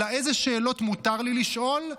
אלא איזה שאלות מותר לי לשאול,